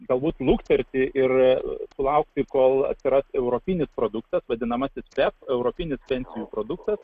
galbūt lukterti ir laukti kol atsiras europinis produktas vadinamas pep europinis pensijų produktas